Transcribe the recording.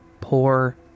poor